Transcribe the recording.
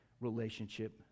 relationship